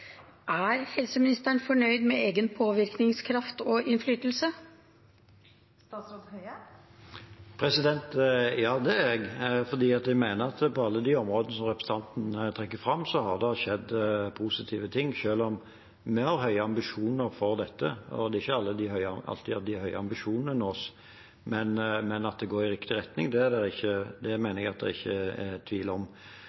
Er helseministeren fornøyd med egen påvirkningskraft og innflytelse? Ja, det er jeg, for jeg mener at på alle de områdene som representanten her trekker fram, har det skjedd positive ting. Vi har høye ambisjoner for dette. Det er ikke alltid at de høye ambisjonene nås, men at det går i riktig retning, mener jeg det ikke er noen tvil om. Det